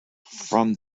from